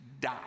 die